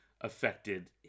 affected